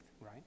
right